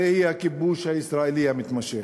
הרי היא הכיבוש הישראלי המתמשך.